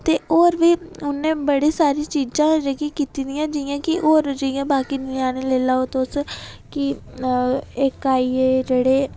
ते होर में उ'न्ने बड़ी सारी चीज़ां जेह्की कीती दियां न जि'यां कि होर जि'यां बाकी ञ्यानें लेई लैओ तुस की एह्का आइयै जेह्ड़े